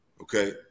Okay